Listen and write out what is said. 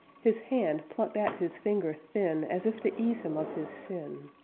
his hand plucked at his finger thin as if to ease him of his sin.